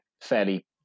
fairly